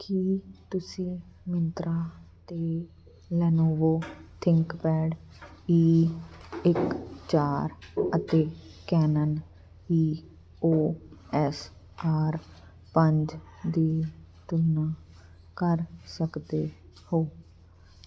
ਕੀ ਤੁਸੀਂ ਮਿੰਤਰਾ 'ਤੇ Lenovo ThinkPad E ਇੱਕ ਚਾਰ ਅਤੇ ਕੈਨਨ ਈਓਐਸ ਆਰ ਪੰਜ ਦੀ ਤੁਲਨਾ ਕਰ ਸਕਦੇ ਹੋ